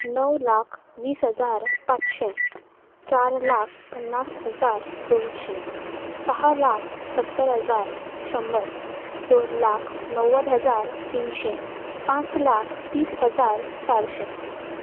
णव लाख वीस हजार पांचशे चार लाख पन्नास हजार दोनशे स लाख सत्तर हजार शंबर दोन लाख णव्वद हजार तिनशे पांच लाख तीस हजार चारशे